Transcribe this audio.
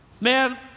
Man